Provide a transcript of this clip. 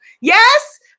Yes